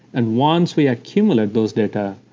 and once we accumulate those data,